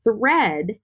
thread